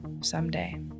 someday